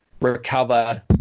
recover